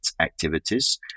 activities